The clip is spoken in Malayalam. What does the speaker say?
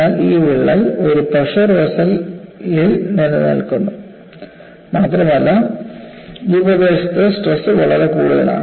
എന്നാൽ ഈ വിള്ളൽ ഒരു പ്രഷർ വെസൽ ഇൽ നിലനിൽക്കുന്നു മാത്രമല്ല ഈ പ്രദേശത്ത് സ്ട്രെസ് വളരെ കൂടുതലാണ്